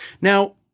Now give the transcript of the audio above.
Now